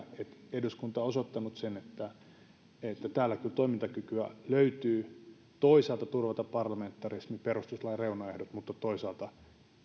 eduskunta on osoittanut sen että täällä kyllä toimintakykyä löytyy toisaalta turvata parlamentarismin perustuslain reunaehdot mutta toisaalta